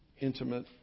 intimate